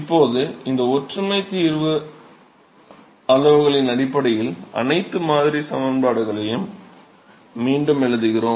இப்போது இந்த ஒற்றுமை தீர்வு அளவுகளின் அடிப்படையில் அனைத்து மாதிரி சமன்பாடுகளையும் மீண்டும் எழுதுகிறோம்